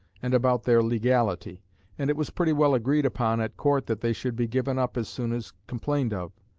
and about their legality and it was pretty well agreed upon at court that they should be given up as soon as complained of.